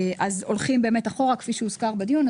הולכים אחורה כפי שהוזכר בדיון.